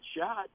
shot